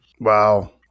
Wow